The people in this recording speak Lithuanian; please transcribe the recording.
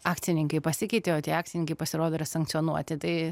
akcininkai pasikeitė o tie akcininkai pasirodo yra sankcionuoti tai